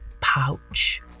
pouch